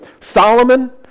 Solomon